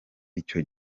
icyo